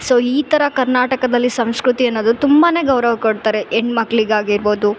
so ಈ ಥರ ಕರ್ನಾಟಕದಲ್ಲಿ ಸಂಸ್ಕೃತಿ ಅನ್ನೋದು ತುಂಬಾ ಗೌರವ ಕೊಡ್ತಾರೆ ಹೆಣ್ಣುಕ್ಳಿಗಾಗಿರ್ಬೌದು